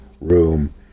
room